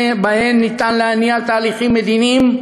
שבהן ניתן להניע תהליכים מדיניים,